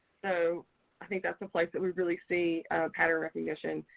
so i think that's a place that we really see pattern recognition,